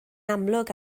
amlwg